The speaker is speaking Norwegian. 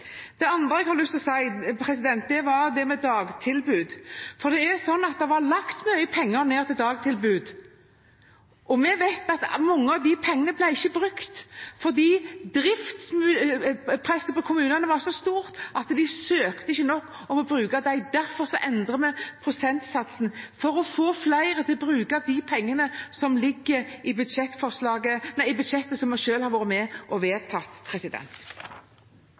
Det andre jeg har lyst til å si, gjelder dagtilbud. Det var satt av mye penger til dagtilbud, og vi vet at mange av pengene ikke ble brukt fordi driftspresset på kommunene var så stort at de ikke søkte om å få bruke dem. Derfor endrer vi prosentsatsen for å få flere til å bruke de pengene som ligger i budsjettet, som vi selv har vært med på å vedta. Jeg må si jeg reagerer på representanten Hoksruds form i det siste innlegget, hvor det manes til faktabaserte innlegg, og